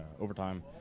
overtime